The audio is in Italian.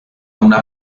una